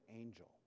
angel